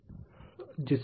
यह समझ में आता हैं